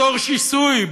בתור שיסוי,